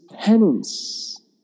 penance